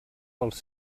pels